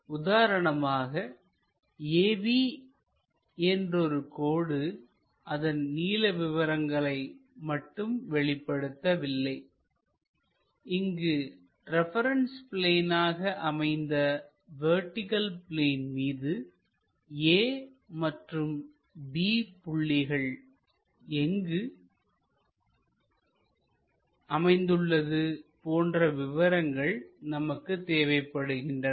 உதாரணமாக AB என்ற ஒரு கோடு அதன் நீள விவரங்களை மட்டும் வெளிப்படுத்தவில்லை இங்கு ரெபரன்ஸ் பிளேனாக அமைந்த வெர்டிகள் பிளேன் மீது A மற்றும் B புள்ளிகள் எங்கு அமைந்துள்ளது போன்ற விவரங்கள் நமக்குத் தேவைப்படுகின்றன